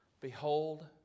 Behold